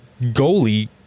goalie